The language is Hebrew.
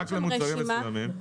רק למוצרים מסוימים.